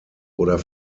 oder